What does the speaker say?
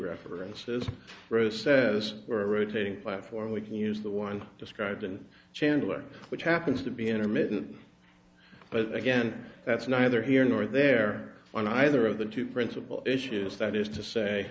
references rose says a rotating platform we can use the one described in chandler which happens to be intermittent but again that's neither here nor there on either of the two principal issues that is to say